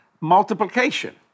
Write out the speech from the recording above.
multiplication